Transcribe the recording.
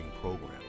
program